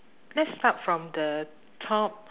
let's start from the top